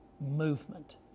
movement